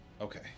Okay